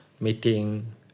meeting